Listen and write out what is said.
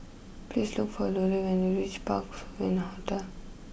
please look for Lollie when you reach Parc Sovereign Hotel